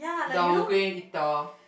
the eater